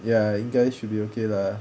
ya you guys should be okay lah